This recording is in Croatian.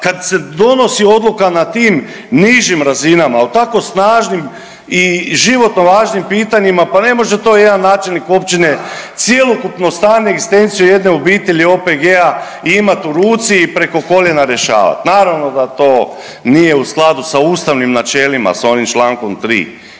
Kad se donosi odluka na tim nižim razinama ali tako snažnim i životno važnim pitanjima, pa ne može to jedan načelnik općine cjelokupno stanje, egzistenciju jedne obitelji, OPG-a imati u ruci i preko koljena rješavati. Naravno da to nije u skladu sa ustavnim načelima, sa onim člankom 3.